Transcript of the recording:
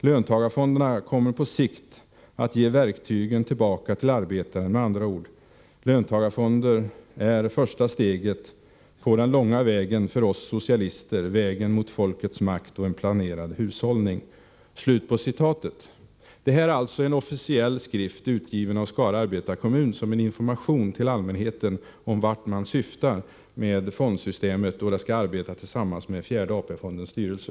Löntagarfonderna kommer på sikt att ge verktygen tillbaka till arbetaren, med andra ord, löntagarfonder är första steget på den långa vägen för oss socialister, vägen mot folkets makt och en planerad hushållning.” Detta är alltså en officiell skrift utgiven av Skara arbetarekommun som en information till allmänheten om vart man syftar med fondsystemet då det arbetar tillsammans med fjärde AP-fondens styrelse.